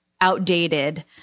outdated